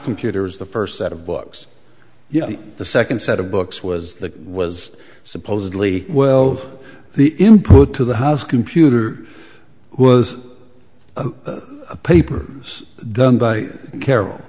computers the first set of books you know the second set of books was the was supposedly well the input to the house computer was a paper done by carrol